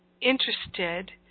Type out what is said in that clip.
interested